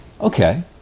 Okay